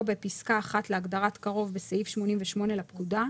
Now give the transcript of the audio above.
בפסקה 1 להגדרת קרוב בסעיף 88 לפקודה,